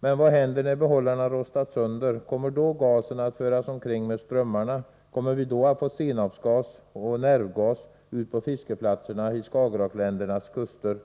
Men vad händer när behållarna rostat sönder? Kommer då gasen att föras omkring med strömmarna? Kommer vi då att få senapsgas — och nervgas — ut på fiskeplatserna vid Skagerackländernas kuster?